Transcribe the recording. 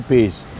Peace